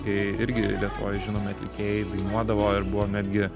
kai irgi lietuvoj žinomi atlikėjai dainuodavo ir buvo netgi